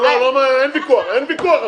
לא לא, אין ויכוח.